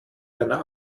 deiner